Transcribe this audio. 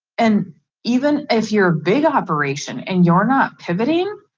and even if you're a big operation and you're not pivoting,